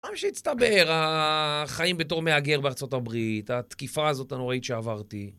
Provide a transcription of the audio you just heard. מה שהצטבר, החיים בתור מהגר בארה״ב, התקיפה הזאת הנוראית שעברתי.